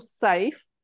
safe